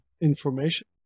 information